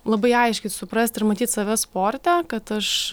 labai aiškiai suprasti ir matyt save sporte kad aš